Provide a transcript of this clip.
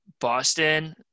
Boston